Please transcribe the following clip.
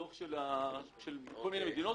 דוח של כל מיני מדינות,